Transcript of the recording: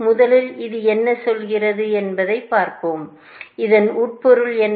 முதலில் இது என்ன சொல்கிறது என்பதைப் பார்ப்போம் இதன் உட்பொருள் என்ன